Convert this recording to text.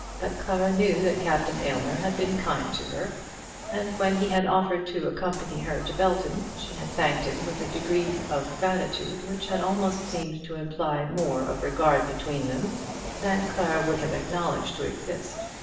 but clara knew that captain aylmer had been kind to her and when he had offered to accompany her to belton, she had thanked him with a degree of gratitude which had almost seemed to imply more of regard between them than clara would have acknowledged to exist.